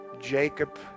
Jacob